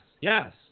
yes